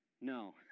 no